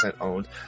owned